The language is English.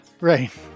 right